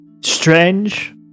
strange